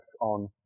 on